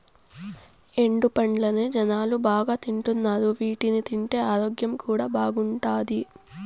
ఎండు పండ్లనే జనాలు బాగా తింటున్నారు వీటిని తింటే ఆరోగ్యం కూడా బాగుంటాది